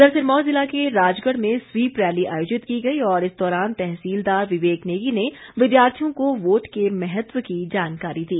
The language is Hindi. इधर सिरमौर जिला के राजगढ़ में स्वीप रैली आयोजित की गई और इस दौरान तहसीलदार विवेक नेगी ने विद्यार्थियों को वोट के महत्व की जानकारी दी